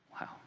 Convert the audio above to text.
Wow